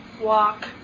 walk